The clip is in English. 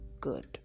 good